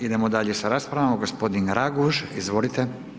Idemo dalje sa raspravama, gosp. Raguž, izvolite.